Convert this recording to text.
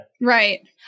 Right